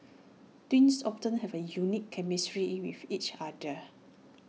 twins often have A unique chemistry with each other